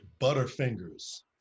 Butterfingers